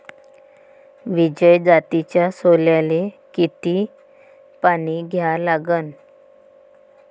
विजय जातीच्या सोल्याले किती पानी द्या लागन?